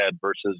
versus